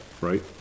Right